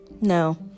no